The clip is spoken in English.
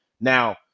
Now